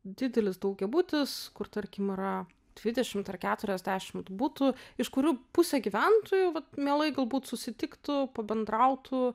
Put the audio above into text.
didelis daugiabutis kur tarkim yra dvidešimt ar keturiasdešimt butų iš kurių pusė gyventojų vat mielai galbūt susitiktų pabendrautų